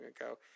ago